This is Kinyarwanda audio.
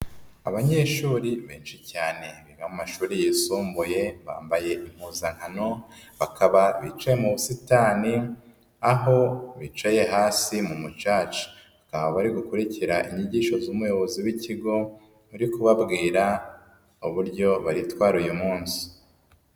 Abanyeshuri benshi cyane biga mu mashuri yisumbuye bambaye impuzankano bakaba bicaye mu busitani aho bicaye hasi mu mucaca, bakaba bari gukurikira inyigisho z'umuyobozi w'ikigo uri kubabwira uburyo baritwara uyu munsi.